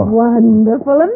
wonderful